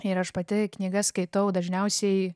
ir aš pati knygas skaitau dažniausiai